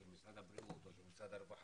של משרד הבריאות או של משרד הרווחה,